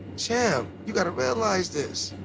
champ, you got to realize this.